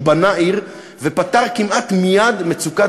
הוא פשוט בנה עיר ופתר כמעט מייד מצוקת